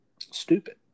stupid